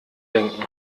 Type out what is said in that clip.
denken